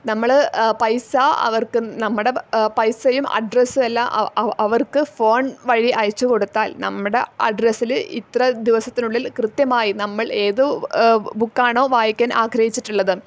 നമ്മൾ പൈസ അവർക്ക് നമ്മുടെ പൈസയും അഡ്രസ്സും എല്ലാം അവർക്ക് ഫോൺ വഴി അയച്ച് കൊടുത്താൽ നമ്മുടെ അഡ്രസ്സിൽ ഇത്ര ദിവസത്തിനുള്ളിൽ കൃത്യമായി നമ്മൾ ഏത് ബുക്കാണോ വായിക്കാൻ ആഗ്രഹിച്ചിട്ടുള്ളത്